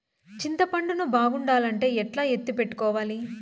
చింతపండు ను బాగుండాలంటే ఎట్లా ఎత్తిపెట్టుకోవాలి?